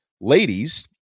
ladies